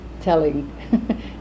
Telling